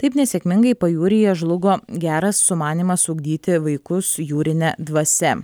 taip nesėkmingai pajūryje žlugo geras sumanymas ugdyti vaikus jūrine dvasia